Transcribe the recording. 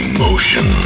Emotion